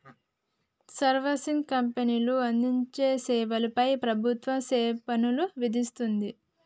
servicing కంపెనీలు అందించే సేవల పై ప్రభుత్వం సేవాపన్ను విధిస్తుంది